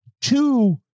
two